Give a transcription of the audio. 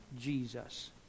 Jesus